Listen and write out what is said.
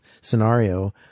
scenario